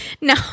No